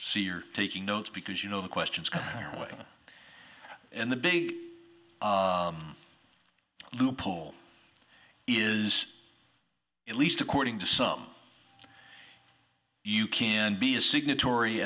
see you're taking notes because you know the questions go away and the big loophole is at least according to some you can be a signatory